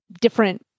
different